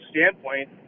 standpoint